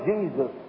Jesus